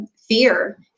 fear